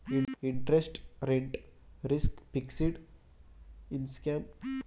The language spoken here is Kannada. interest rate risk, fixed income ಸೆಕ್ಯೂರಿಟಿಯ ಅವಧಿಯನ್ನು ಆಧರಿಸಿರುತ್ತದೆ